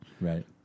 Right